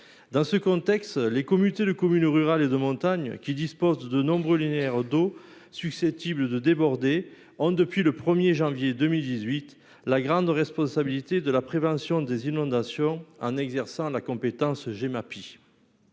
Dans ce contexte, les communautés de communes rurales et de montagne qui disposent de nombreux linéaires d'eau susceptibles de déborder ont, depuis le 1 janvier 2018, la grande responsabilité de la prévention des inondations en exerçant la compétence de